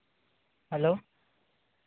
hello